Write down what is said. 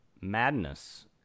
Madness